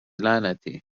لعنتی